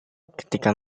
ketika